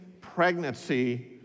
pregnancy